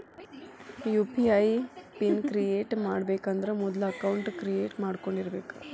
UPI PIN create ಮಾಡಬೇಕಂದ್ರ ಮೊದ್ಲ account create ಮಾಡ್ಕೊಂಡಿರಬೆಕ್